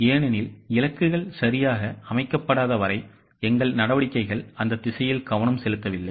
ஏனெனில் இலக்குகள் சரியாக அமைக்கப்படாத வரை எங்கள் நடவடிக்கைகள் அந்த திசையில் கவனம் செலுத்தவில்லை